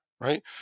right